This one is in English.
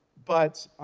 but